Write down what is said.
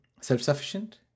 self-sufficient